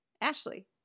Ashley